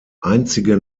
einzige